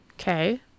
Okay